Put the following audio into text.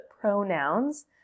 pronouns